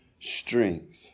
strength